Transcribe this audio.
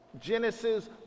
Genesis